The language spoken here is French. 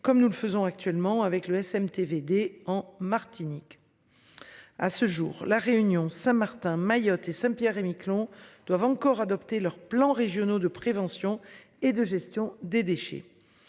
comme nous le faisons actuellement avec le SMT VD en Martinique. À ce jour, la Réunion, Saint Martin Mayotte et Saint-Pierre-et-Miquelon doivent encore adopter leurs plans régionaux de prévention et de gestion des déchets.